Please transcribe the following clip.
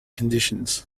conditions